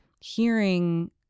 hearing